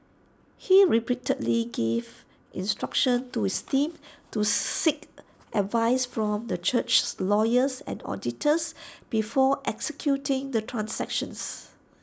he repeatedly gave instructions to his team to seek advice from the church's lawyers and auditors before executing the transactions